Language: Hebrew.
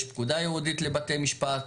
יש פקודה ייעודית לבתי משפט,